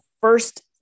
first